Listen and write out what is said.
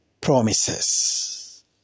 Promises